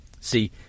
See